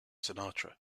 sinatra